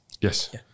Yes